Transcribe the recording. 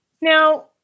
Now